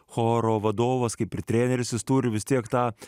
choro vadovas kaip ir treneris jis turi vis tiek tą